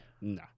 No